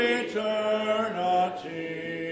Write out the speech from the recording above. eternity